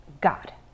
God